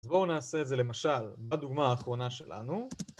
אז בואו נעשה את זה למשל בדוגמה האחרונה שלנו